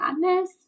Madness